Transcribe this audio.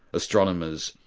astronomers,